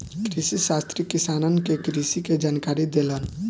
कृषिशास्त्री किसानन के कृषि के जानकारी देलन